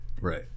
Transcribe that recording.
Right